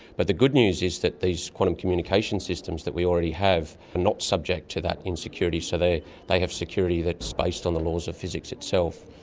but the good news is that these quantum communication systems that we already have are not subject to that insecurity, so they they have security that's based on the laws of physics itself.